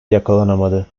yakalanamadı